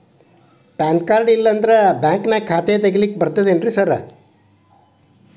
PAN card ಇಲ್ಲಂದ್ರ ಬ್ಯಾಂಕಿನ್ಯಾಗ ಖಾತೆ ತೆಗೆಲಿಕ್ಕಿ ಬರ್ತಾದೇನ್ರಿ ಸಾರ್?